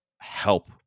help